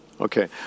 Okay